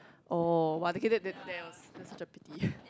oh !wah! okay that that was that's such a pity